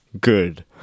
good